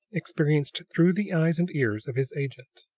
experienced through the eyes and ears of his agent.